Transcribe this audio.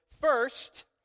first